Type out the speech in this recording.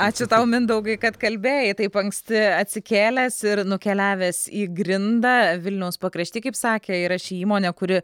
ačiū tau mindaugai kad kalbėjai taip anksti atsikėlęs ir nukeliavęs į grindą vilniaus pakrašty kaip sakė yra ši įmonė kuri